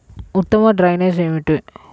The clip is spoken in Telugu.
ఉత్తమ డ్రైనేజ్ ఏమిటి?